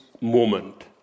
moment